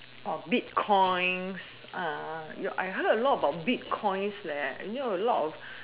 bitcoins I heard a lot about bitcoins I hear a lot of